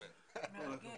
מרגש.